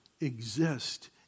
exist